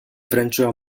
wręczyła